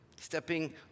Stepping